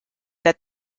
that